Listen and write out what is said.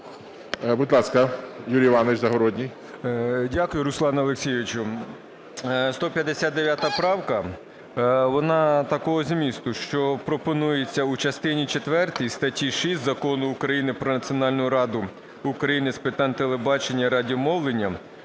Будь ласка, Юрій Іванович Загородній. 10:45:47 ЗАГОРОДНІЙ Ю.І. Дякую, Руслане Олексійовичу. 159 правка вона такого змісту, що пропонується у частині четвертій статті 6 Закону України "Про Національну раду України з питань телебачення і радіомовлення"